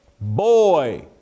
boy